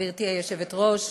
גברתי היושבת-ראש,